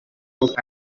book